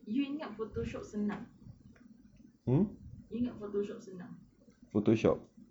you ingat photoshop senang you ingat photoshop senang